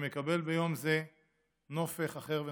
שמקבל ביום זה נופך אחר ונוסף.